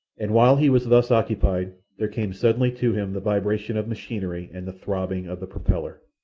and while he was thus occupied there came suddenly to him the vibration of machinery and the throbbing of the propeller.